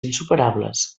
insuperables